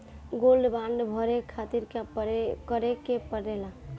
Gold bond भरे खातिर का करेके पड़ेला?